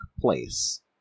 place